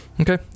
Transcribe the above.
Okay